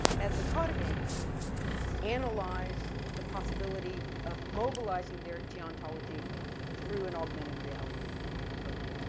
as the cautabin analyze the possibility of mobilizing their geontology through an augmented reality program.